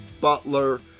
butler